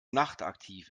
nachtaktiv